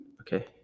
Okay